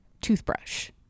toothbrush